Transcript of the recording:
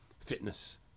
fitness